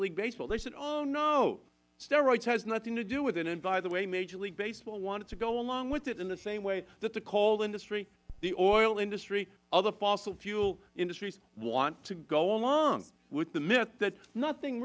league baseball they said oh no steroids has nothing do with it and by the way major league baseball wanted to go along with it in the same way that the coal industry the oil industry other fossil fuel industries want to go along with the myth that nothing